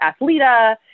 Athleta